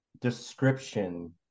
description